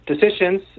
decisions